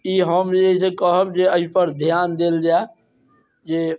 ई हम जे अछि से कहब जे एहिपर ध्यान देल जाए जे